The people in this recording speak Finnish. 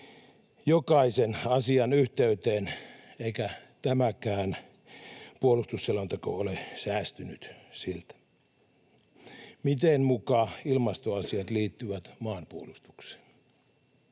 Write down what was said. jokaisen asian yhteyteen, eikä tämä puolustusselontekokaan ole säästynyt siltä. Miten muka ilmastoasiat liittyvät maanpuolustukseen?